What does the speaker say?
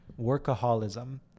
Workaholism